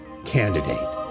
candidate